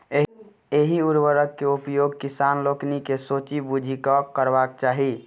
एहि उर्वरक के उपयोग किसान लोकनि के सोचि बुझि कअ करबाक चाही